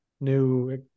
new